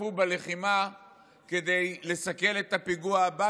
שהשתתפו בלחימה כדי לסכל את הפיגוע הבא